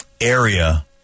area